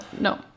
no